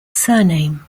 surname